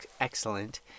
excellent